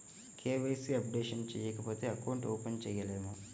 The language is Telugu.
కే.వై.సి అప్డేషన్ చేయకపోతే అకౌంట్ ఓపెన్ చేయలేమా?